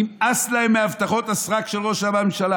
נמאס להם מהבטחות הסרק של ראש הממשלה.